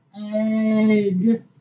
egg